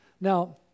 Now